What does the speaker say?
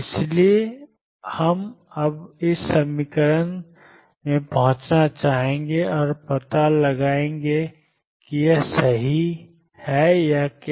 इसलिए हम अब इस समीकरण पर पहुंचना चाहेंगे और पता लगाएंगे कि यह सही है या क्या